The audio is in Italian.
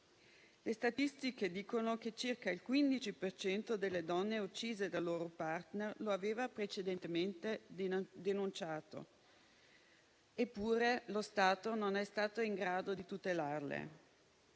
Le statistiche dicono che circa il 15 per cento delle donne uccise dal loro *partner* lo aveva precedentemente denunciato, eppure lo Stato non è stato in grado di tutelarle.